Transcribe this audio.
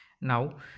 Now